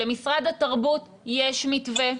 למשרד התרבות יש מתווה.